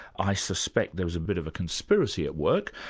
i suspect there was a bit of a conspiracy at work,